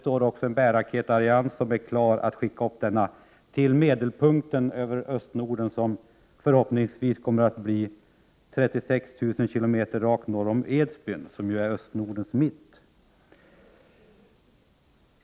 Bärraketen Ariane är också klar att skicka satelliten till medelpunkten över Östnorden, som förhoppningsvis kommer att bli 36 000 kilometer rakt norr över Edsbyn, som ju är Östnordens mitt.